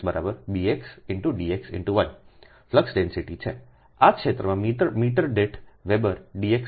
dx×1 flux density છે સંદર્ભ લો 1837આ ક્ષેત્રમાંમીટર દીઠ વેબરdx 1